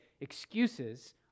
excuses